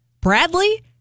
Bradley